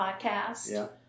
podcast